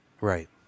Right